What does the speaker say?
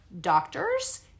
doctors